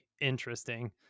interesting